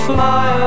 Fly